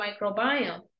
microbiome